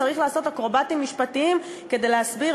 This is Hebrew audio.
צריך לעשות אקרובטיקה משפטית כדי להסביר